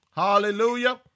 Hallelujah